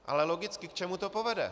Ale logicky, k čemu to povede?